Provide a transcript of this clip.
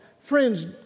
Friends